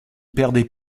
perdait